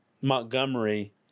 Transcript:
Montgomery